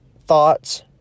thoughts